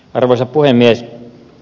arvoisa puhemies